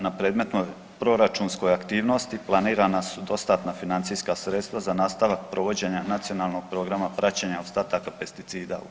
Na predmetnoj proračunskoj aktivnosti planirana su dostatna financijska sredstva za nastavak provođenja Nacionalnog programa praćenja ostataka pesticida u hrani.